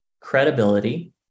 credibility